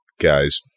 guys